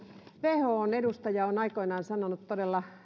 whon edustaja on aikoinaan sanonut mielestäni todella